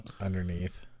underneath